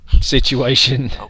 situation